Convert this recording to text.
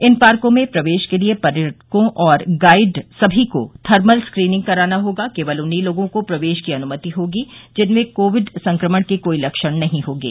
इन पार्को में प्रवेश के लिए पर्यटकों और गाइड सभी को थर्मल स्क्रीनिंग कराना होगा केवल उन्हीं लोगों को प्रवेश की अनुमति होगी जिनमें कोविड संक्रमण के कोई लक्षण नहीं होंगे